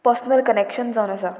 personal connection जावन आसा